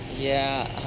yeah,